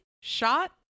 shot